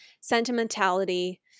sentimentality